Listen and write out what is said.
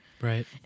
Right